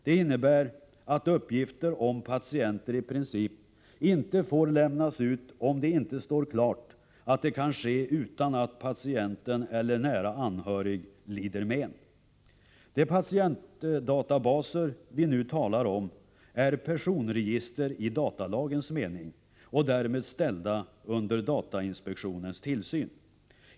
Det innebär att uppgifter om patienter i princip inte får lämnas ut, om det inte står klart att det kan ske utan att patienten eller nära anhörig lider men. De patientdatabaser vi nu talar om är personregister i datalagens mening och därmed ställda under datainspektionens tillsyn.